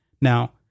Now